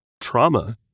trauma